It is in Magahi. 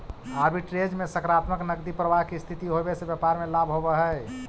आर्बिट्रेज में सकारात्मक नकदी प्रवाह के स्थिति होवे से व्यापार में लाभ होवऽ हई